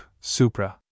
Supra